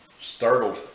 startled